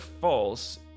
false